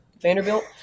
Vanderbilt